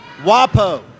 WAPO